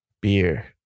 Beer